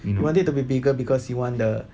you want it to be bigger because you want the